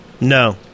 No